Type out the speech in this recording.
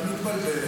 אתה מתבלבל.